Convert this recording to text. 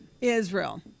Israel